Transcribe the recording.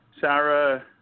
Sarah